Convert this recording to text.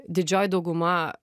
didžioji dauguma